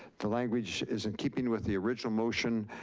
the language as in keeping with the original motion,